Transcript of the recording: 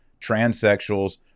transsexuals